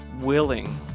willing